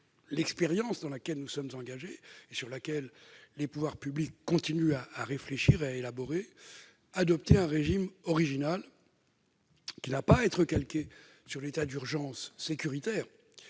l'expérience dans laquelle nous sommes engagés et sur laquelle les pouvoirs publics continuent de réfléchir, adopter un régime original qui n'a pas à être calqué sur l'état d'urgence sécuritaire.